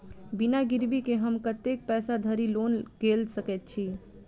बिना गिरबी केँ हम कतेक पैसा धरि लोन गेल सकैत छी?